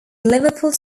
liverpool